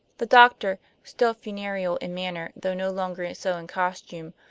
the doctor, still funereal in manner, though no longer so in costume,